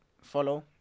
follow